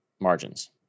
margins